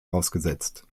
ausgesetzt